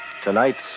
Tonight's